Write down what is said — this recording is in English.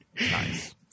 Nice